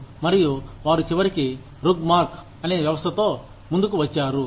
మరియు వారు చివరికి రుగ్ మార్క్ అనే వ్యవస్థతో ముందుకు వచ్చారు